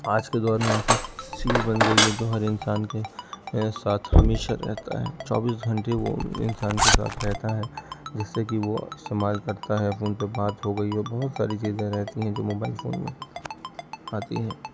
آج کے دور میں ایسا چیز بن گئی ہے جو ہر انسان کے ساتھ ہمیشہ رہتا ہے چوبیس گھنٹے وہ انسان کے ساتھ رہتا ہے جس سے کہ وہ استعمال کرتا ہے فون پہ بات ہو گئی ہو بہت ساری چیزیں رہتی ہیں جو موبائل فون میں آتی ہیں